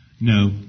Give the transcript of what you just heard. No